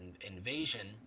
invasion